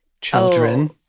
Children